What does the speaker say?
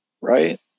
right